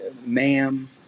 ma'am